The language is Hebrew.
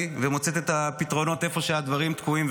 ומוצאת את הפתרונות איפה שהדברים תקועים,